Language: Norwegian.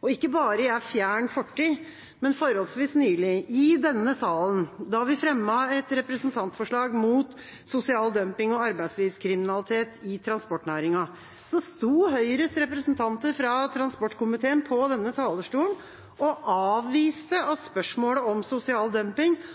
og ikke bare i en fjern fortid, men forholdsvis nylig. I denne salen, da vi fremmet et representantforslag mot sosial dumping og arbeidslivskriminalitet i transportnæringa, sto Høyres representanter fra transportkomiteen på denne talerstolen og avviste